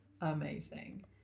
amazing